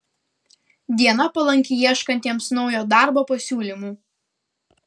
diena palanki ieškantiems naujo darbo pasiūlymų